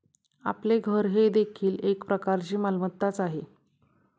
आपले घर हे देखील एक प्रकारची मालमत्ताच आहे